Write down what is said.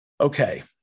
Okay